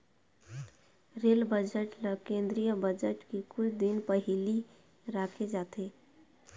rail budget ल केंद्रीय budget के कुछ दिन पहिली राखे जाथे